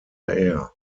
air